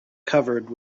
covered